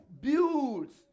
builds